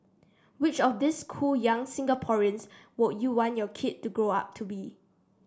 which of these cool young Singaporeans would you want your kid to grow up to be